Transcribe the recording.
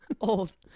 Old